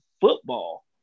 football